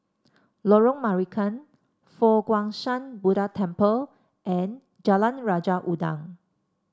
Lorong Marican Fo Guang Shan Buddha Temple and Jalan Raja Udang